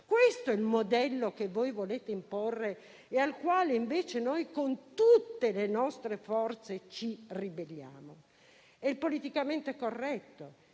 Questo è il modello che volete imporre e al quale invece noi, con tutte le nostre forze, ci ribelliamo. È il politicamente corretto,